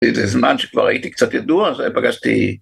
איזה זמן שכבר הייתי קצת ידוע, אז פגשתי...